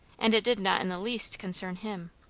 and it did not in the least concern him.